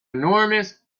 enormous